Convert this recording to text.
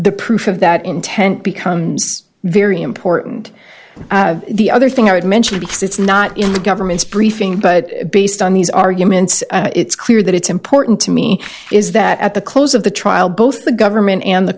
the proof of that intent becomes very important the other thing i would mention because it's not in the government's briefing but based on these arguments it's clear that it's important to me is that at the close of the trial both the government and the